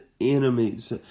enemies